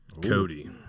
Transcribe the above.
Cody